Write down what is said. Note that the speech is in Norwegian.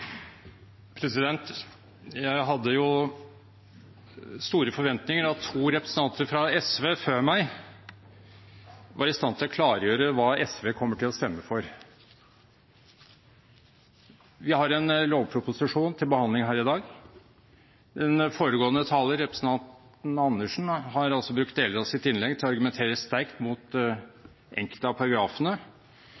Jeg hadde store forventninger om at to representanter fra SV før meg var i stand til å klargjøre hva SV kommer til å stemme for. Vi har en lovproposisjon til behandling her i dag. Den foregående taler, representanten Karin Andersen, brukte deler av sitt innlegg til å argumentere sterkt mot enkelte av paragrafene,